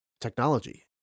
technology